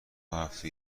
هفته